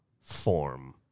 form